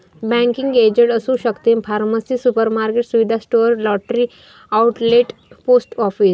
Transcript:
banking agent असू शकते pharmacy supermarket सुविधा store lottery outlet post office